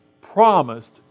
promised